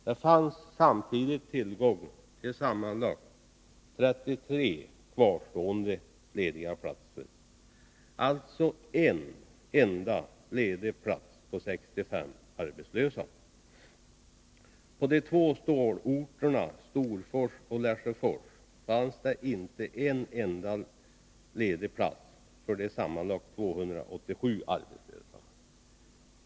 Det fanns tillgång till sammanlagt 33 kvarstående lediga platser — alltså 1 ledig plats på 65 arbetslösa. På de två stålorterna Storfors och Lesjöfors fanns det inte en enda plats ledig för de sammanlagt 287 arbetslösa.